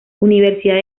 universidad